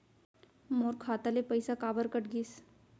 मोर खाता ले पइसा काबर कट गिस?